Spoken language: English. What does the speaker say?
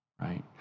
right